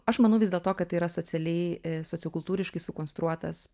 aš manau vis dėl to kad tai yra socialiai sociokultūriškai sukonstruotas